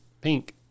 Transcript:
pink